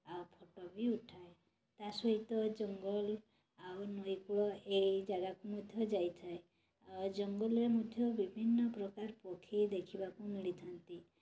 ଆଉ ଫଟୋ ବି ଉଠାଏ ତା ସହିତ ଜଙ୍ଗଲ ଆଉ ନଈ କୂଳ ଏଇ ଜାଗାକୁ ମଧ୍ୟ ଯାଇଥାଏ ଜଙ୍ଗଲରେ ମଧ୍ୟ ବିଭିନ୍ନ ପ୍ରକାର ପକ୍ଷୀ ଦେଖିବାକୁ ମିଳିଥାନ୍ତି